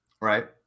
Right